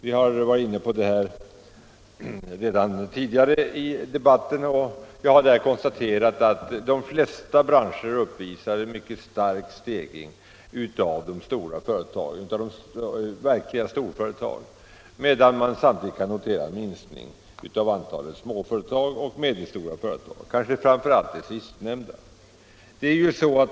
Vi har varit inne på det redan tidigare i debatten, och jag har där konstaterat att de flesta branscher uppvisar en mycket stark stegring av antalet verkliga storföretag medan samtidigt en minskning av antalet småföretag och medelstora företag, kanske framför allt av de sistnämnda, kunnat noteras.